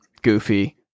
Goofy